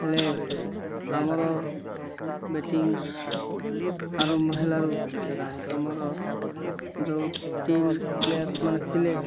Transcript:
ହେଲେ ଆମର ବେଟିଂ ଆରମ୍ଭ ହେଲାରୁ ଆମର ଯେଉଁ ଟିମ୍ ପ୍ଲେୟାର୍ସ ମାନେ ଥିଲେ